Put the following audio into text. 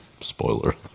Spoiler